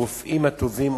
הרופאים הטובים,